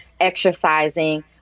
exercising